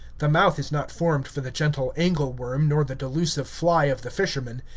the mouth is not formed for the gentle angle-worm nor the delusive fly of the fishermen.